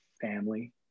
family